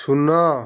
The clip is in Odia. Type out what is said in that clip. ଶୂନ